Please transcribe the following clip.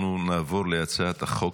הצעת חוק